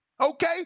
Okay